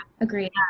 Agreed